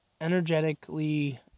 energetically